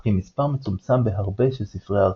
אך עם מספר מצומצם בהרבה של ספרי הרחבה.